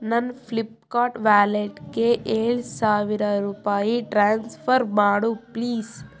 ನನ್ನ ಫ್ಲಿಪ್ಕಾರ್ಟ್ ವ್ಯಾಲೆಟ್ಗೆ ಏಳು ಸಾವಿರ ರೂಪಾಯಿ ಟ್ರಾನ್ಸ್ಫರ್ ಮಾಡು ಪ್ಲೀಸ್